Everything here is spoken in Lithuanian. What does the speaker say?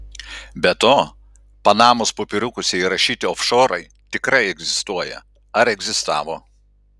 be to panamos popieriukuose įrašyti ofšorai tikrai egzistuoja ar egzistavo